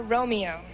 Romeo